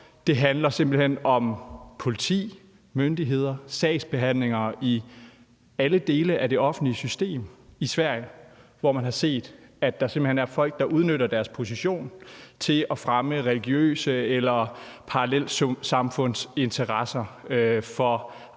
det handler simpelt hen også om politiet, myndighederne og sagsbehandlingerne i alle dele af det offentlige system, hvor man har set, at der er folk, der udnytter deres position til at fremme religiøse eller parallelsamfundsinteresser for